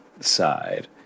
side